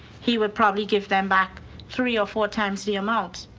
he would probably give them back three or four times the amount.